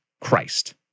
Christ